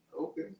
Okay